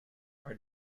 our